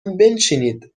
بنشینید